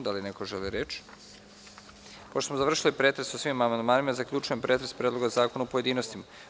Da li neko želi reč? (Ne.) Pošto smo završili pretres o svim amandmanima, zaključujem pretres Predloga zakona u pojedinostima.